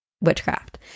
witchcraft